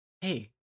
hey